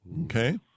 Okay